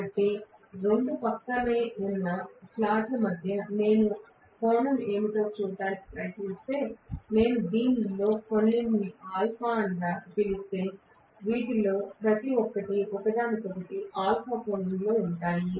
కాబట్టి రెండు ప్రక్కనే ఉన్న స్లాట్ల మధ్య నేను కోణం ఏమిటో చూడటానికి ప్రయత్నిస్తే నేను దీనిలో కొన్నింటిని α అని పిలుస్తే వీటిలో ప్రతి ఒక్కటి ఒకదానికొకటి α కోణంలో ఉంటాయి